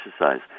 exercise